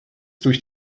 durch